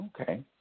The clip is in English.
Okay